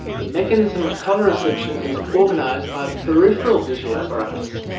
the mechanism of colour reception is organised by the peripheral visual apparatus,